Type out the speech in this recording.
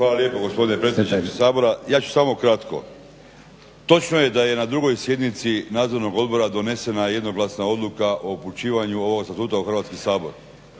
Hvala lijepo gospodine predsjedniče Sabora. Ja ću samo ukratko. Točno je da je na drugoj sjednici nadzornog odbora donesena jednoglasna odluka o upućivanju ovoga statuta u Hrvatski sabor,